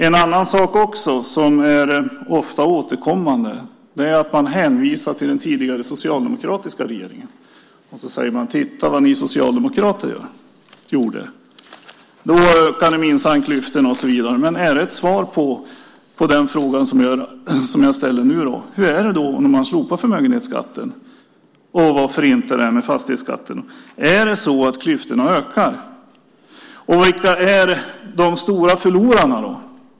En annan sak som ofta återkommer är att man hänvisar till den tidigare socialdemokratiska regeringen. Och så säger man: Titta vad ni socialdemokrater gjorde! Då ökade minsann klyftorna och så vidare. Men är det ett svar på den fråga som jag ställer nu? Hur är det när man slopar förmögenhetsskatten - och varför inte det här med fastighetsskatten? Är det så att klyftorna ökar? Vilka är de stora förlorarna?